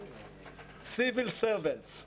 סיביל סרוונטס,